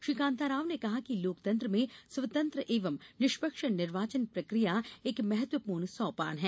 श्री कान्ताराव ने कहा है कि लोकतंत्र में स्वतंत्र एवं निष्पक्ष निर्वाचन प्रक्रिया एक महत्वपूर्ण सोपान है